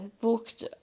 booked